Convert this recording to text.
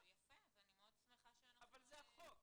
אז אני מאוד שמחה שזה --- אבל זה החוק.